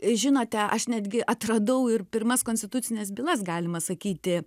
žinote aš netgi atradau ir pirmas konstitucines bylas galima sakyti